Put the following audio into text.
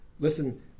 Listen